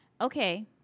Okay